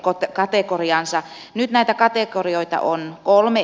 nyt näitä kategorioita on kolme